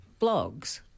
blogs